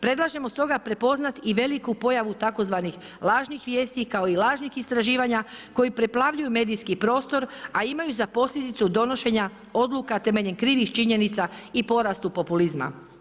Predlažemo stoga prepoznati i veliku pojavu tzv. lažnih vijesti kao i lažnih istraživanja koji preplavljuju medijski prostor a imaju za posljedicu donošenja odluka temeljem krivih činjenica i porastu populizma.